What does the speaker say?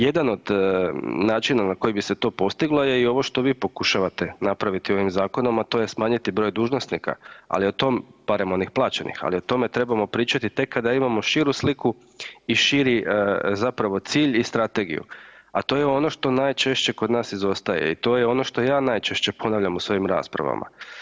Jedan od načina na koji bi se to postiglo je i ovo što vi pokušavate napraviti ovim zakonom, a to je smanjiti broj dužnosnika, ali o tome, barem onih plaćenih, ali o tome trebamo pričati tek kada imao širu sliku i širi zapravo cilj i strategiju, a to je ono što najčešće kod nas izostaje i to je ono što ja najčešće ponavljam u svojim raspravama.